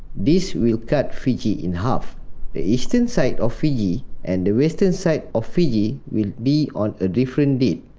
this will cut fiji in half the eastern side of fiji and the western side of fiji will be on a different date.